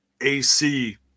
AC